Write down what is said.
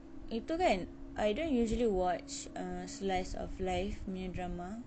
itu kan I don't usually watch uh slice of life punya drama